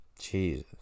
Jesus